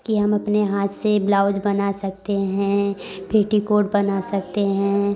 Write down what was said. कि हम अपने हाथ से ब्लाउज बना सकते हैं पेटीकोट बना सकते हैं